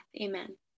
Amen